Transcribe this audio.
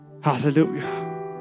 Hallelujah